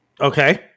Okay